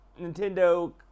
Nintendo